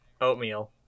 oatmeal